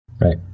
Right